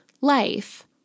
life